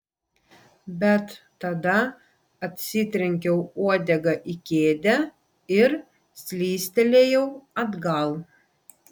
bet tada atsitrenkiau uodega į kėdę ir slystelėjau atgal